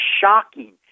shocking